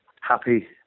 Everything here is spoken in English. happy